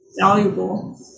valuable